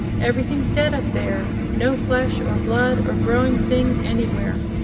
everything's dead, up there no flesh or blood or growing thing anywhere.